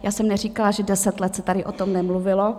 Já jsem neříkala, že deset let se tady o tom nemluvilo.